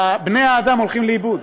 בני-אדם הולכים לאיבוד,